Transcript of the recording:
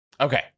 Okay